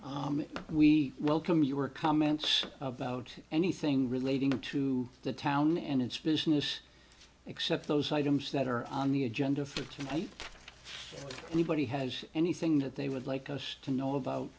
heard we welcome you or comments about anything relating to the town and its business except those items that are on the agenda for tonight anybody has anything that they would like us to know about